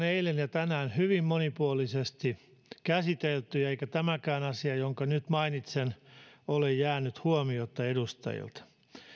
eilen ja tänään hyvin monipuolisesti käyty eikä tämäkään asia jonka nyt mainitsen ole jäänyt huomiotta edustajilta